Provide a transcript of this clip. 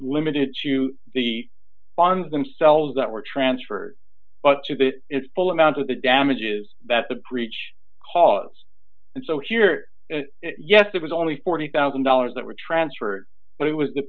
limited to the funds themselves that were transferred but to its full amount of the damages that the breach cause and so here yes it was only forty thousand dollars that were transferred but it was the